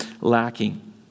lacking